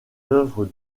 œuvres